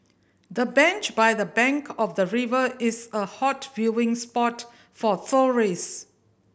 the bench by the bank of the river is a hot viewing spot for tourist